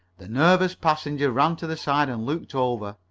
the nervous passenger ran to the side and looked over.